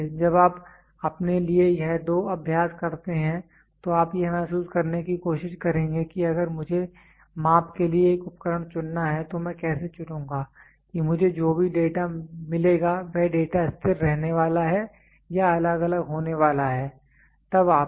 इसलिए जब आप अपने लिए यह दो अभ्यास करते हैं तो आप यह महसूस करने की कोशिश करेंगे कि अगर मुझे माप के लिए एक उपकरण चुनना है तो मैं कैसे चुनूंगा कि मुझे जो भी डेटा मिलेगा वह डेटा स्थिर रहने वाला है या अलग अलग होने वाला है